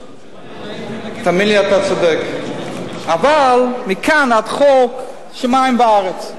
תאמין לי, אתה צודק, אבל מכאן ועד חוק, שמים וארץ.